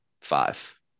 five